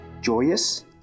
Joyous